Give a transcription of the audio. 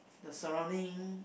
the surrounding